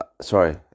sorry